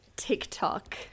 TikTok